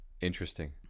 Interesting